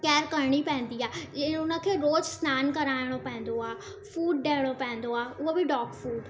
care करिणी पवंदी आहे इअं ई उन खे रोज़ु सनानु कराइणो पवंदो आहे फूड ॾियणो पवंदो आहे उहो बि डॉग फूड